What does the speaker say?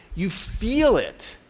you feel it.